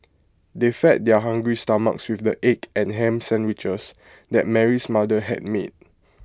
they fed their hungry stomachs with the egg and Ham Sandwiches that Mary's mother had made